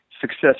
success